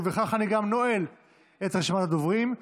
ובכך אני גם נועל את רשימת הדוברים.